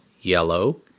Yellow